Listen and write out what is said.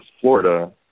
Florida